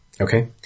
Okay